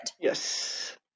Yes